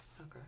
Okay